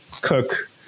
cook